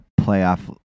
playoff